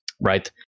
right